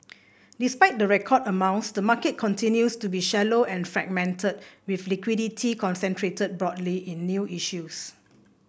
despite the record amounts the market continues to be shallow and fragmented with liquidity concentrated broadly in new issues